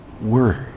word